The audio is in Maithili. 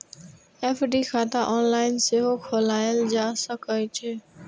एफ.डी खाता ऑनलाइन सेहो खोलाएल जा सकै छै